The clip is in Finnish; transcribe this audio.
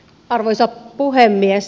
arvoisa puhemies